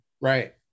right